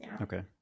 Okay